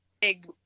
big